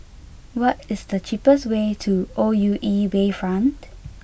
what is the cheapest way to O U E Bayfront